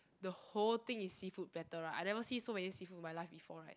the whole thing is seafood platter right I never see so many seafood in my life before right